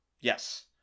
Yes